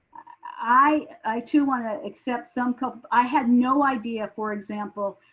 i too wanna accept some, kind of i had no idea for example.